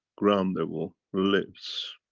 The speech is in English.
ground level, lifts,